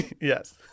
Yes